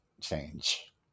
change